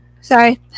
Sorry